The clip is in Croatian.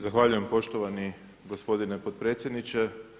Zahvaljujem poštovani gospodine potpredsjedniče.